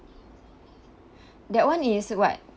that one is what